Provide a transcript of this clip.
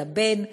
על הבן,